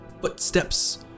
footsteps